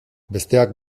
besteak